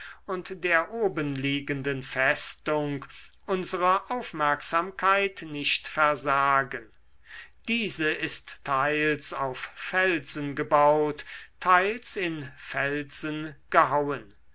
und der oben liegenden festung unsere aufmerksamkeit nicht versagen diese ist teils auf felsen gebaut teils in felsen gehauen